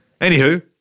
Anywho